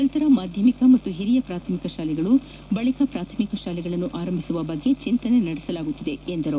ನಂತರ ಮಾಧ್ಯಮಿಕ ಹಾಗೂ ಹಿರಿಯ ಪ್ರಾಥಮಿಕ ಶಾಲೆಗಳು ಬಳಿಕ ಪ್ರಾಥಮಿಕ ಶಾಲೆಗಳನ್ನು ಆರಂಭಿಸುವ ಬಗ್ಗೆ ಚಿಂತನೆ ನಡೆಸಲಾಗುತ್ತಿದೆ ಎಂದರು